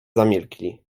zamilkli